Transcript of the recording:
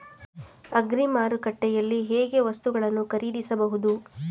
Agri ಮಾರುಕಟ್ಟೆಯಲ್ಲಿ ಹೇಗೆ ವಸ್ತುಗಳನ್ನು ಖರೀದಿಸಬಹುದು?